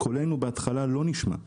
קולנו לא נשמע בהתחלה